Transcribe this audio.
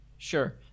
sure